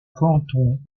canton